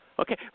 Okay